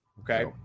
Okay